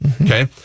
okay